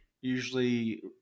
Usually